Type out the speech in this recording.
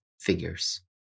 figures